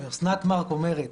ומאוסנת מארק שאומרת